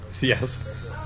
Yes